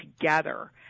together